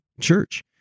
church